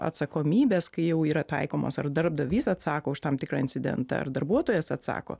atsakomybės kai jau yra taikomos ar darbdavys atsako už tam tikrą incidentą ar darbuotojas atsako